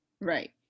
right